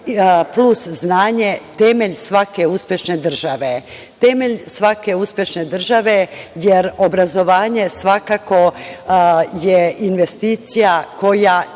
plus znanje temelj svake uspešne države. Temelj svake uspešne države jer obrazovanje, svakako je investicija koja